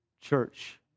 church